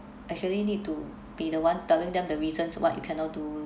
actually need to be the one telling them the reasons what you cannot do